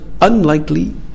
unlikely